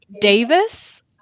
Davis